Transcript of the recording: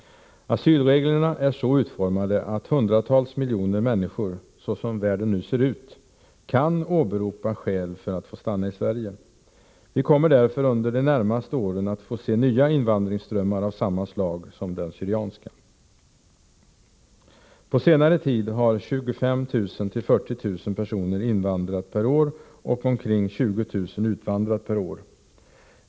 Asylreglerna är så utformade att hundratals miljoner människor, såsom världen nu ser ut, kan åberopa skäl för att få stanna i Sverige. Vi kommer därför under de närmaste åren att få se nya invandringsströmmar av samma slag som den syrianska. På senare tid har 25 000-40 000 personer invandrat per år och omkring 20 000 utvandrat per år.